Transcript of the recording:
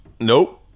Nope